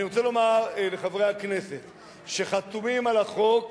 אני רוצה לומר לחברי הכנסת שחתומים על החוק,